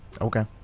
Okay